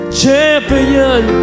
champion